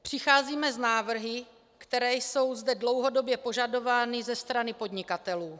Přicházíme s návrhy, které jsou zde dlouhodobě požadovány ze strany podnikatelů.